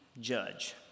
judge